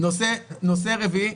נושא רביעי,